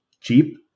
cheap